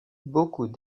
beaucoup